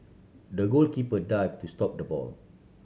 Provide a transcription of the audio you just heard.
the goalkeeper dived to stop the ball